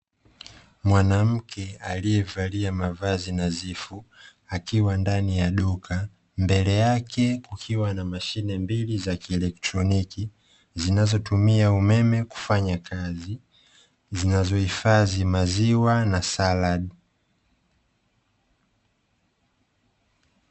Mwanamke aliyevalia mavazi nadhifu akiwa ndani ya duka, mbele yake kukiwa na mashine mbili za kielektroniki zinazotumia umeme kufanya kazi; zinazohifadhi maziwa na saladi.